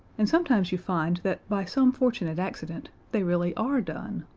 and sometimes you find that by some fortunate accident they really are done.